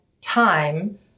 time